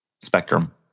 Spectrum